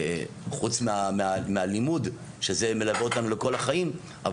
חוץ מהלימוד שזה מלווה אותנו לכל החיים,